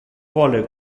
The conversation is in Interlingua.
vole